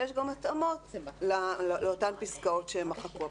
ויש גם התאמות לאותן פסקאות שהן מחקו.